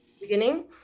beginning